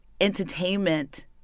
entertainment